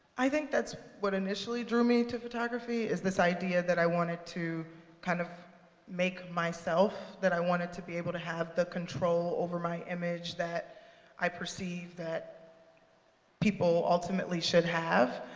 i think that's what initially drew me into photography is this idea that i wanted to kind of make myself, that i wanted to be able to have the control over my image that i perceived that people ultimately should have.